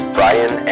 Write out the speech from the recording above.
Brian